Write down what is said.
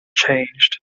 changed